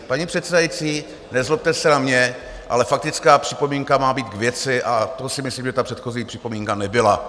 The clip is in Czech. Paní předsedající, nezlobte se na mě, ale faktická připomínka má být k věci, a to si myslím, že ta předchozí připomínka nebyla.